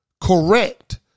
correct